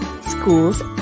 schools